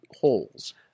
holes